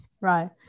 Right